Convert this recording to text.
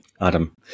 Adam